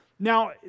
Now